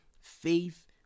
faith